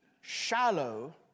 shallow